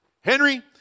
Henry